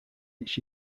each